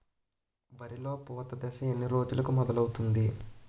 వరిలో పూత దశ ఎన్ని రోజులకు మొదలవుతుంది?